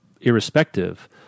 Irrespective